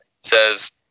Says